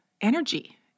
energy